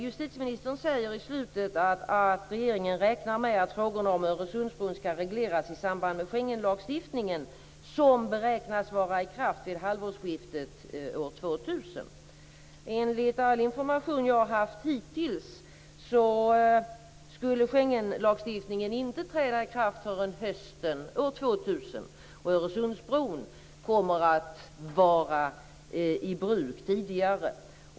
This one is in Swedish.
Justitieministern säger i slutet av svaret att regeringen räknar med att frågorna om Öresundsbron skall regleras i samband med Schengenlagstiftningen, som beräknas vara i kraft vid halvårsskiftet år 2000. Enligt all information jag fått hittills skulle Schengenlagstiftningen inte träda i kraft förrän hösten år 2000, och Öresundsbron kommer att vara i bruk tidigare.